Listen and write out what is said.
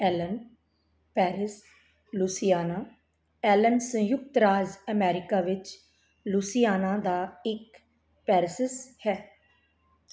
Allen parish Louisiana Allen ਸੰਯੁਕਤ ਰਾਜ America ਵਿੱਚ ਲੂਸੀਆਨਾ ਦਾ ਇੱਕ ਪੈਰਿਸ਼ ਹੈ